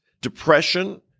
depression